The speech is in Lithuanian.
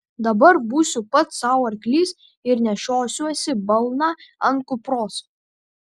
dabar būsiu pats sau arklys ir nešiosiuosi balną ant kupros